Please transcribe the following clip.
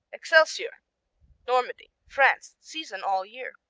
excelsior normandy, france season all year.